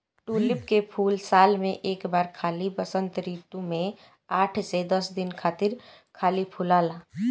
tulip के फूल साल में एक बार खाली वसंत ऋतू में आठ से दस दिन खातिर खाली फुलाला